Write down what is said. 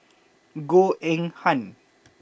Goh Eng Han